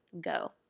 go